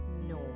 No